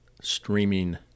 streaming